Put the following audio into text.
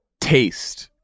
taste